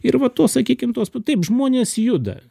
ir va tuo sakykim tuos taip žmonės juda